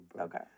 Okay